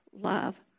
love